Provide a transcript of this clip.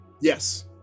Yes